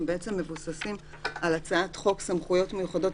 הם מבוססים על הצעת חוק סמכויות מיוחדות,